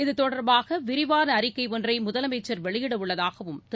இத்தொடர்பாகவிரிவான அறிக்கை ஒன்றைமுதலமைச்சர் வெளியிடவுள்ளதாகவும் திரு